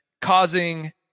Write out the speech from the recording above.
causing